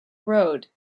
road